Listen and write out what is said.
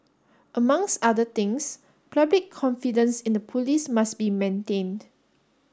amongst other things public confidence in the police must be maintained